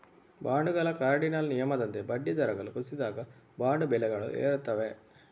ಬಾಂಡುಗಳ ಕಾರ್ಡಿನಲ್ ನಿಯಮದಂತೆ ಬಡ್ಡಿ ದರಗಳು ಕುಸಿದಾಗ, ಬಾಂಡ್ ಬೆಲೆಗಳು ಏರುತ್ತವೆ